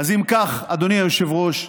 אם כך, אדוני היושב-ראש,